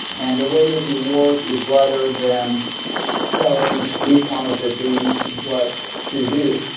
and the way that we work is rather than telling each one of the teams what to do,